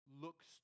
looks